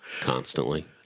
Constantly